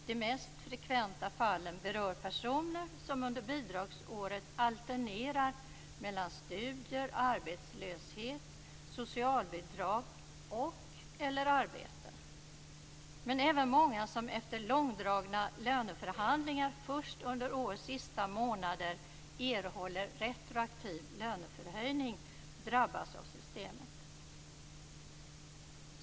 De mest frekventa fallen berör personer som under bidragsåret alternerar mellan studier, arbetslöshet, socialbidrag och/eller arbete. Men även många som efter långdragna löneförhandlingar först under årets sista månader erhåller retroaktiv löneförhöjning drabbas av systemet.